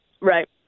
Right